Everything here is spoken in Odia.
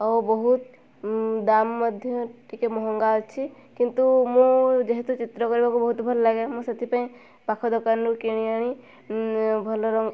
ଆଉ ବହୁତ ଦାମ୍ ମଧ୍ୟ ଟିକେ ମହଙ୍ଗା ଅଛି କିନ୍ତୁ ମୁଁ ଯେହେତୁ ଚିତ୍ର କରିବାକୁ ବହୁତ ଭଲ ଲାଗେ ମୁଁ ସେଥିପାଇଁ ପାଖ ଦୋକାନରୁ କିଣି ଆଣି ଭଲ ରଙ୍ଗ